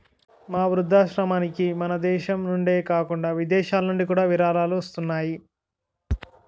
మా వృద్ధాశ్రమానికి మనదేశం నుండే కాకుండా విదేశాలనుండి కూడా విరాళాలు వస్తున్నాయి